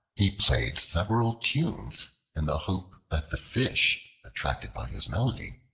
he played several tunes in the hope that the fish, attracted by his melody,